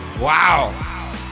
Wow